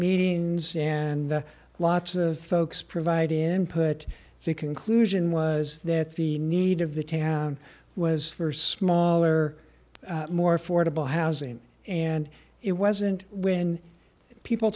meetings and lots of folks provide input the conclusion was that the need of the town was for smaller more affordable housing and it wasn't when people